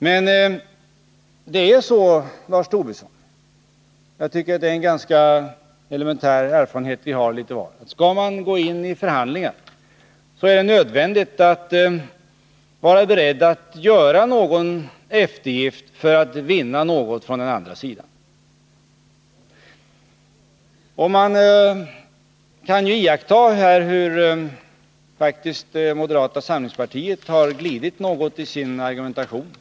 Men det är så, Lars Tobisson, och det är en ganska elementär erfarenhet som flera av oss har, att om man skall gå in i förhandlingar är det nödvändigt att vara beredd att göra någon eftergift för att vinna något från den andra sidan. Man kan nu iaktta hur moderata samlingspartiet faktiskt har glidit något i sin argumentation.